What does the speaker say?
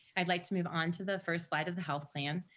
i'd like to move on to the first slide of the health plan.